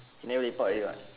he never report already [what]